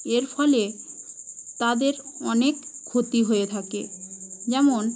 এর ফলে তাদের অনেক ক্ষতি হয়ে থাকে যেমন